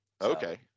okay